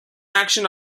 action